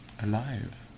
alive